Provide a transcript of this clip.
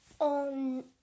...on